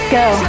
go